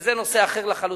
שזה נושא אחר לחלוטין,